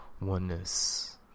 oneness